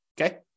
okay